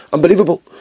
Unbelievable